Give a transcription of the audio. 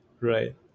right